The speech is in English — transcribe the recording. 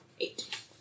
Eight